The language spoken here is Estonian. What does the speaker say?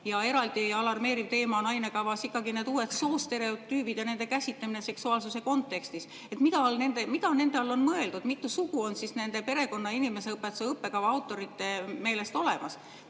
seda. Eraldi alarmeeriv teema ainekavas on ikkagi need uued soostereotüübid ja nende käsitlemine seksuaalsuse kontekstis. Mida nende all on mõeldud? Mitu sugu on nende perekonna- ja inimeseõpetuse õppekava autorite meelest olemas?